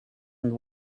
and